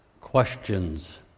questions